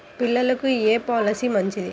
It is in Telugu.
పిల్లలకు ఏ పొలసీ మంచిది?